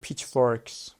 pitchforks